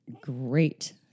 great